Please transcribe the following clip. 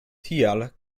tial